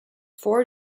four